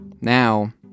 Now